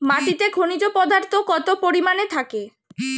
মাটিতে খনিজ পদার্থ কত পরিমাণে থাকে?